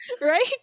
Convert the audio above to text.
Right